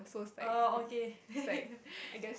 oh okay